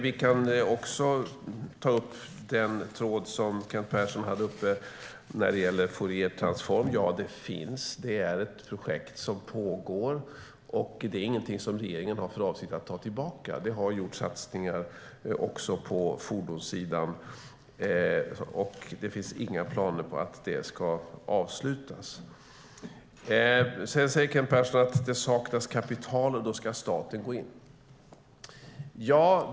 Vi kan också ta upp den tråd som Kent Persson hade uppe när det gäller Fouriertransform. Det är ett projekt som pågår, och det är inget som regeringen har för avsikt att ta tillbaka. Det har gjorts satsningar också på fordonssidan, och det finns inga planer på att de ska avslutas. Kent Persson säger också att det saknas kapital och att staten ska gå in då.